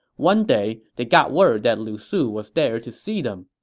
one day, they got word that lu su was there to see them